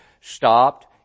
stopped